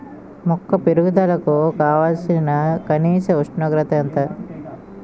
మొక్క పెరుగుదలకు కావాల్సిన కనీస ఉష్ణోగ్రత ఎంత?